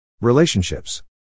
Relationships